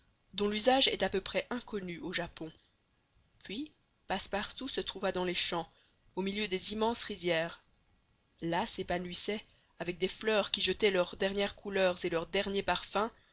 dont l'usage est à peu près inconnu au japon puis passepartout se trouva dans les champs au milieu des immenses rizières là s'épanouissaient avec des fleurs qui jetaient leurs dernières couleurs et leurs derniers parfums